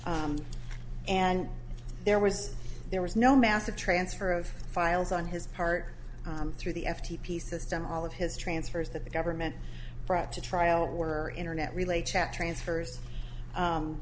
and there was there was no massive transfer of files on his part through the f t p system all of his transfers that the government brought to trial were internet relay chat transfers